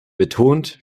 betont